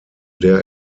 der